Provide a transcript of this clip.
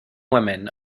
women